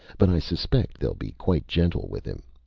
but i suspect they'll be quite gentle with him.